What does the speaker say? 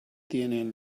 tienen